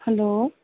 hello